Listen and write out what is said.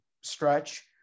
stretch